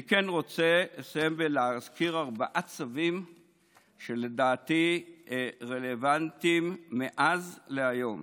אני רוצה לסיים בלהזכיר ארבעה צווים שלדעתי רלוונטיים מאז להיום: